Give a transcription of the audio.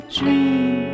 dream